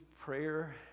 prayer